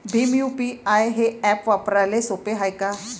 Bhim UPI हे app वापराले सोपे हाय का?